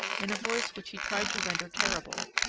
in a voice which he tried to render terrible,